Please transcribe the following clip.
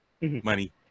money